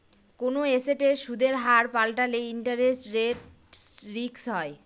কোনো এসেটের সুদের হার পাল্টালে ইন্টারেস্ট রেট রিস্ক হয়